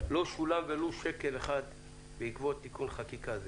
לא שולם ולו שקל אחד בעקבות תיקון חקיקה זה.